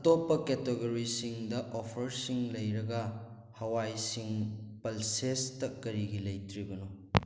ꯑꯇꯣꯞꯄ ꯀꯦꯇꯦꯒꯣꯔꯤꯁꯤꯡꯗ ꯑꯣꯐꯔꯁꯤꯡ ꯂꯩꯔꯒ ꯍꯋꯥꯏꯁꯤꯡ ꯄꯜꯁꯦꯁꯇ ꯀꯔꯤꯒꯤ ꯂꯩꯇ꯭ꯔꯤꯕꯅꯣ